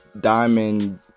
diamond